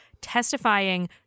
testifying